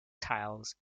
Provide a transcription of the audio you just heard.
tiles